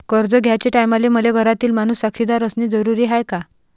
कर्ज घ्याचे टायमाले मले घरातील माणूस साक्षीदार असणे जरुरी हाय का?